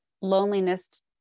loneliness